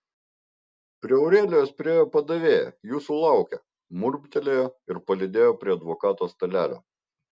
prie aurelijos priėjo padavėja jūsų laukia murmtelėjo ir palydėjo prie advokato stalelio